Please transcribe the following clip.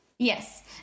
Yes